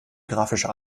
grafischer